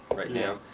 right now,